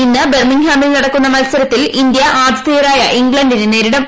ഇന്ന് ബെർമിങ്ഗാമിൽ നടക്കുന്ന മത്സരത്തിൽ ഇന്ത്യ ആതിഥേയരായ ഇംഗ്ലണ്ടിനെ നേരിടും